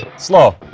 slow.